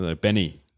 Benny